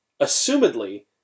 assumedly